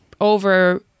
over